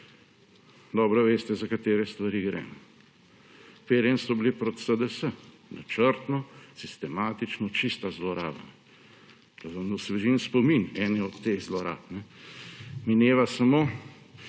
Dobro veste, za katere stvari gre. Uperjeni so bili proti SDS – načrtno, sistematično. Čista zloraba. Da vam osvežim spomnim o eni od teh zlorab. Mineva samo,